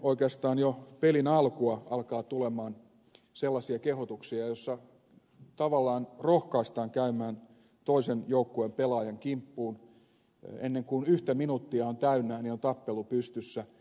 oikeastaan jo ennen pelin alkua alkaa tulla sellaisia kehotuksia joissa tavallaan rohkaistaan käymään toisen joukkueen pelaajan kimppuun ennen kuin yksi minuutti on täynnä on tappelu pystyssä